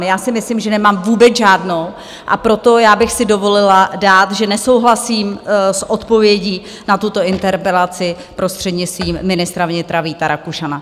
Já si myslím, že nemám vůbec žádnou, a proto bych si dovolila dát, že nesouhlasím s odpovědí na tuto interpelaci prostřednictvím ministra vnitra Víta Rakušana.